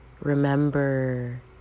remember